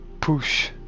Push